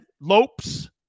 Lopes